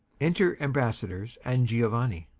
enter ambassadors and giovanni